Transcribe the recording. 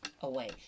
away